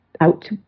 out